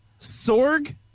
Sorg